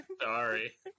Sorry